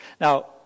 Now